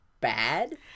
bad